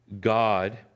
God